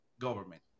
government